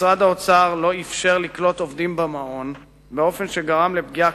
שמשרד האוצר לא אפשר לקלוט עובדים במעון באופן שגרם לפגיעה